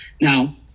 Now